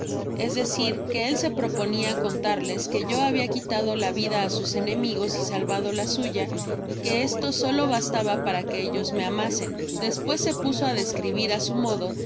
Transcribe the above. es decir que él se proponia contarles que yo habia quitado la vida á sus enemigos y salvado la suya y que esto solo bastaba para que ellos me amasen despues se puso á describir á su modo